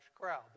crowd